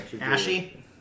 Ashy